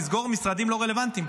לסגור משרדים לא רלוונטיים,